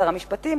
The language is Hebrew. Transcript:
שר המשפטים,